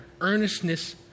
earnestness